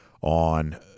on